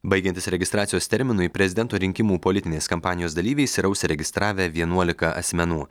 baigiantis registracijos terminui prezidento rinkimų politinės kampanijos dalyviais yra užsiregistravę vienuolika asmenų